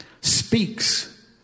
speaks